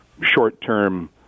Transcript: short-term